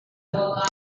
buku